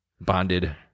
Bonded